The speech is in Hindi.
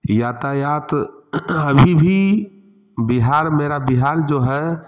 यातायात अभी भी बिहार मेरा बिहार जो है